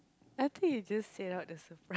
I think you just said out the surprise